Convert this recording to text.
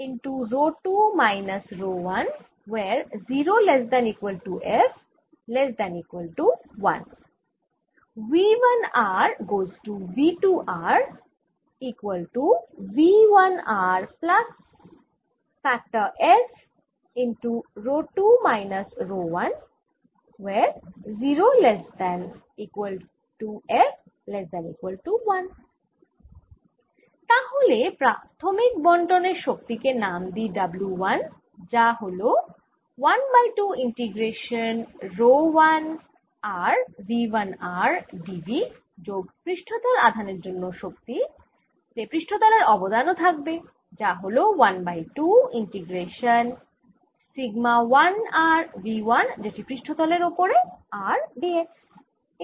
তাহলে প্রাথমিক বণ্টনের শক্তি কে নাম দিই W 1 যা হল 1 by 2 integration rho 1 r V 1 r d v যোগ পৃষ্ঠতল আধানের জন্য শক্তি তে পৃষ্ঠতলের অবদান ও থাকবে যা হল 1 by 2 integration sigma 1 r V 1 যেটি পৃষ্ঠতলের ওপর r d s